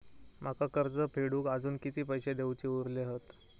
माका कर्ज फेडूक आजुन किती पैशे देऊचे उरले हत?